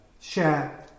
share